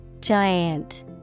giant